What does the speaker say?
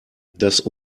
dass